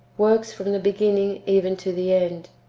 works from the beginning even to the end,